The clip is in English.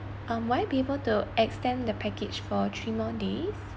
um will I be able to extend the package for three more days